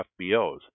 FBOs